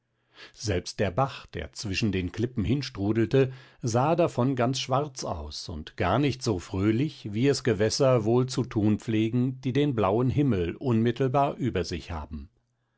selbst der bach der zwischen den klippen hinstrudelte sahe davon ganz schwarz aus und gar nicht so fröhlich wie es gewässer wohl zu tun pflegen die den blauen himmel unmittelbar über sich haben